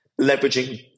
leveraging